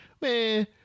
man